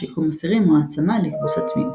שיקום אסירים או העצמה לקבוצות מיעוט.